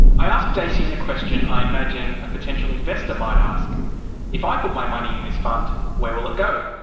i ask dacian the question i imagine a potential investor might ask if i put my money in this fund, where will it go?